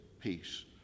peace